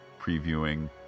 previewing